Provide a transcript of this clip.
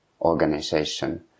organization